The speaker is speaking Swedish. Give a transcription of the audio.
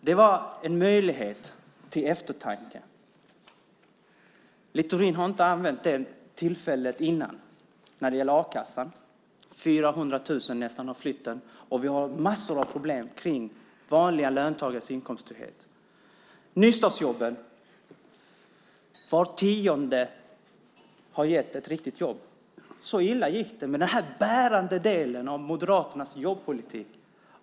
Det var en möjlighet till eftertanke. Littorin har inte nyttjat det tillfället när det gäller a-kassan. Nästan 400 000 personer har flytt den. Vi har också en massa problem när det gäller vanliga löntagares inkomsttrygghet. Vart tionde nystartsjobb har gett ett riktigt jobb. Så illa gick det med den här bärande delen av Moderaternas jobbpolitik.